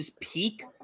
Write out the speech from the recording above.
peak